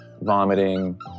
vomiting